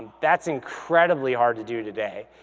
that's incredibly hard to do today.